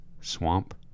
swamp